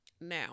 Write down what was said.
Now